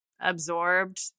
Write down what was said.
absorbed